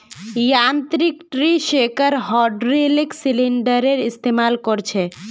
यांत्रिक tree shaker hydraulic सिलिंडरेर इस्तेमाल कर छे